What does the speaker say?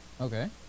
Okay